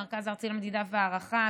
המרכז הארצי לבחינות והערכה,